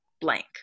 blank